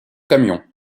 camions